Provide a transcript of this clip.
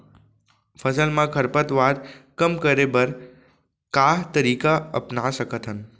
फसल मा खरपतवार कम करे बर का तरीका अपना सकत हन?